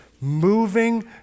Moving